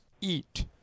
eat